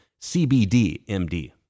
CBDMD